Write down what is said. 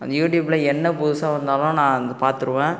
அந்த யூடியூப்பில் என்ன புதுசாக வந்தாலும் நான் வந்து பார்த்துருவேன்